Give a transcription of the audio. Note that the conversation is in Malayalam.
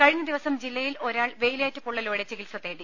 കഴിഞ്ഞ ദിവസം ജില്ലയിൽ ഒരാൾ വെയിലേറ്റ പൊള്ളലോടെ ചികിത്സ തേടി